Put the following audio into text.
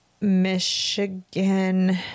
Michigan